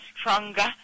stronger